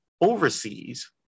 overseas